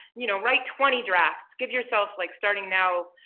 you know write twenty drafts, give yourself like starting now,